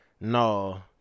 No